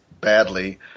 badly